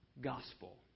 gospel